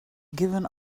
given